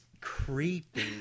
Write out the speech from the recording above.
creepy